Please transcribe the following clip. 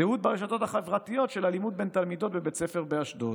תיעוד ברשתות החברתיות של אלימות בין תלמידות בבית ספר באשדוד.